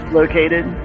located